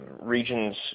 regions